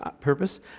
purpose